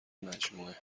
مجموعه